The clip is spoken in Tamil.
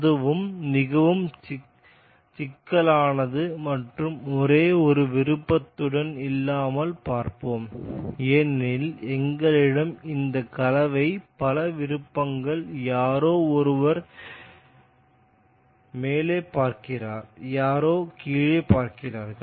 அது மிகவும் சிக்கலானது மற்றும் ஒரே ஒரு விருப்பத்துடன் இல்லாமல் பார்ப்போம் ஏனெனில் எங்களிடம் இந்த கலவைக்கு பல விருப்பங்கள் யாரோ ஒருவர் மேலே பார்க்கிறார் யாரோ கீழே பார்க்கிறார்கள்